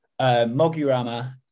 Mogurama